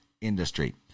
industry